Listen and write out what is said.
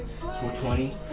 420